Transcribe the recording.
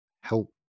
help